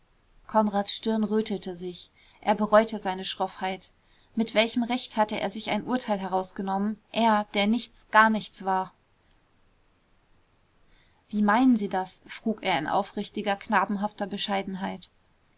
konrads stirn rötete sich er bereute seine schroffheit mit welchem recht hatte er sich ein urteil herausgenommen er der nichts gar nichts war wie meinen sie das frug er in aufrichtiger knabenhafter bescheidenheit